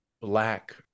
Black